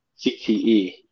CTE